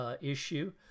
issue